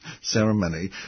ceremony